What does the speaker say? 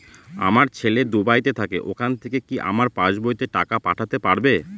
আমার ছেলে দুবাইতে থাকে ওখান থেকে কি আমার পাসবইতে টাকা পাঠাতে পারবে?